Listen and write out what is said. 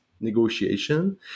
negotiation